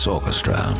Orchestra